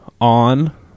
on